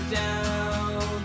down